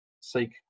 seek